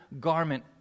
garment